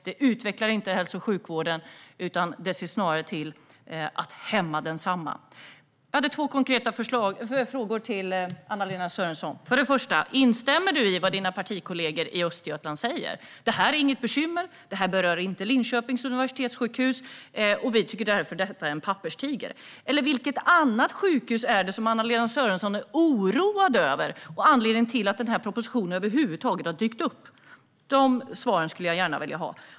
Detta utvecklar inte hälso och sjukvården, utan det ser snarare till att hämma densamma. Jag hade två konkreta frågor till Anna-Lena Sörenson. För det första: Instämmer du i vad dina partikollegor i Östergötland säger? De säger: Det här är inget bekymmer, det här berör inte Linköpings universitetssjukhus och vi tycker därför att detta är en papperstiger. För det andra: Vilket annat sjukhus är det som Anna-Lena Sörenson är oroad över och som är anledningen till att propositionen över huvud taget har dykt upp? Dessa svar skulle jag gärna vilja ha.